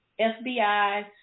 FBI